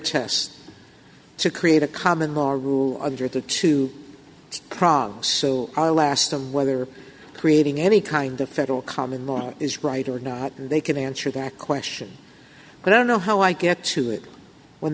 tests to create a common law rule under the two progs so our last of whether creating any kind of federal common law is right or not and they can answer that question but i don't know how i get to it when